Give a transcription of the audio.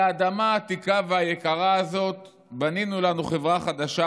על האדמה העתיקה והיקרה הזאת בנינו לנו חברה חדשה,